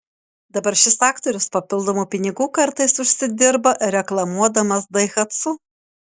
dabar šis aktorius papildomų pinigų kartais užsidirba reklamuodamas daihatsu